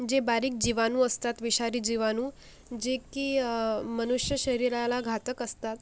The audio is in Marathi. जे बारीक जिवाणू असतात विषारी जिवाणू जे की मनुष्य शरीराला घातक असतात